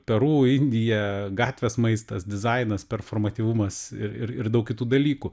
peru indija gatvės maistas dizainas performatyvumas ir ir ir daug kitų dalykų